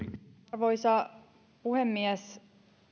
arvoisa puhemies